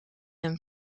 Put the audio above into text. een